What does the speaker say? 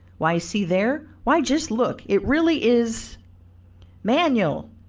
why see there, why just look, it really is manuel,